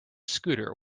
scooter